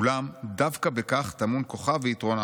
אולם דווקא בכך טמון כוחה ויתרונה,